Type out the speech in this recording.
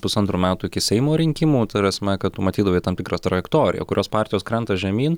pusantrų metų iki seimo rinkimų ta prasme kad tu matydavai tam tikrą trajektoriją kurios partijos krenta žemyn